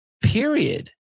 Period